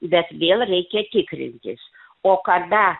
bet vėl reikia tikrintis o kada